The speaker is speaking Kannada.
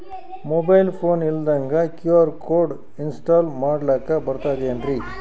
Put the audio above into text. ಮೊಬೈಲ್ ಫೋನ ಇಲ್ದಂಗ ಕ್ಯೂ.ಆರ್ ಕೋಡ್ ಇನ್ಸ್ಟಾಲ ಮಾಡ್ಲಕ ಬರ್ತದೇನ್ರಿ?